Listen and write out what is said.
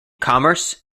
commerce